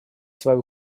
свою